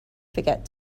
forget